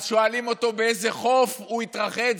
אז שואלים אותו באיזה חוף הוא התרחץ,